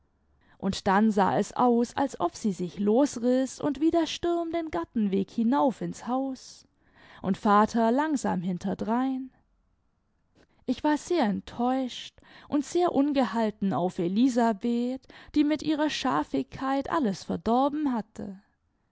und dann sah es aus als ob sie sich losriß und wie der sturm den gartenweg hinauf ins haus und vater langsam hinterdrein ich war sehr enttäuscht und sehr ungehalten auf elisabeth die mit ihrer schafigkeit alles verdorben hatte